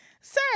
Sir